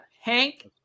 hank